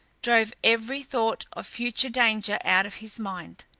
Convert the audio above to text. drove every thought of future danger out of his mind.